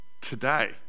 today